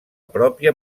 pròpia